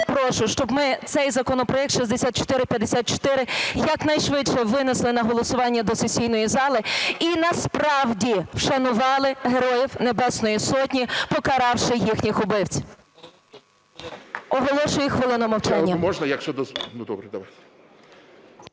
прошу, щоб ми цей законопроект 6454 якнайшвидше винесли на голосування до сесійної зали і насправді вшанували Героїв Небесної Сотні, покаравши їхніх убивць. Оголошую хвилину мовчання.